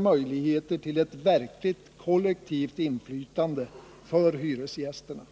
möjligheter till ett verkligt kollektivt inflytande för hyresgästerna.